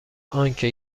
آنکه